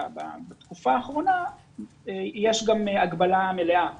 בתקופה האחרונה יש גם הגבלה מלאה